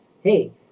hey